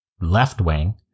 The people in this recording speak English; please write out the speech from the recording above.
left-wing